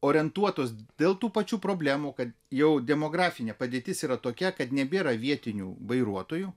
orientuotos dėl tų pačių problemų kad jau demografinė padėtis yra tokia kad nebėra vietinių vairuotojų